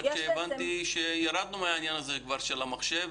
שהבנתי שכבר ירדנו מהעניין של המחשב,